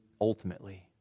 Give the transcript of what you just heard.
ultimately